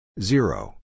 Zero